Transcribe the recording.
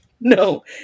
no